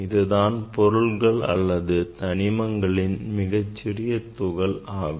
இதுதான் பொருட்கள் அல்லது தனிமங்களின் மிகச்சிறிய துகள் ஆகும்